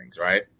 Right